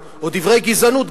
או דברי גזענות,